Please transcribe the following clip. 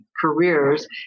careers